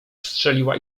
strzeliła